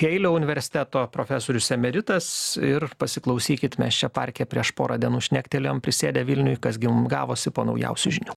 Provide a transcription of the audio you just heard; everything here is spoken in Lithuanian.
jeilio universiteto profesorius emeritas ir pasiklausykit mes čia parke prieš porą dienų šnektelėjom prisėdę vilniuj kas gi mum gavosi po naujausių žinių